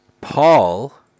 Paul